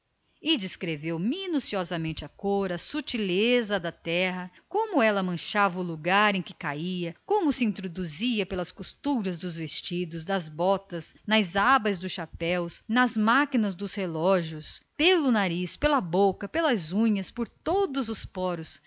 e descreveu minuciosamente a cor a sutileza da terra como a maldita manchava o lugar em que caía como se insinuava pelas costuras dos vestidos das botas nas abas dos chapéus nas máquinas dos relógios como se introduzia pelo nariz pela boca pelas unhas por todos os poros